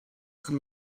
and